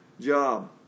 job